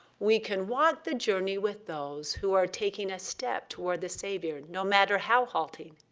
we can walk the journey with those who are taking a step toward the savior, no matter how halting.